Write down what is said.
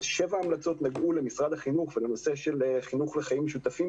שבע המלצות נגעו למשרד החינוך ולנושא של חינוך לחיים משותפים,